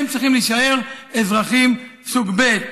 הם צריכים להישאר אזרחים סוג ב'.